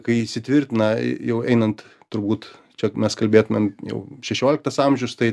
kai įsitvirtina jau einant turbūt čia mes kalbėtumėm jau šešioliktas amžius tai